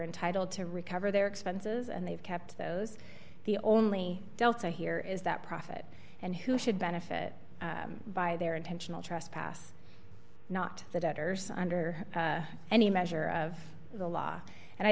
entitled to recover their expenses and they've kept those the only delta here is that profit and who should benefit by their intentional trespass not the debtors under any measure of the law and i